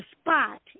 spot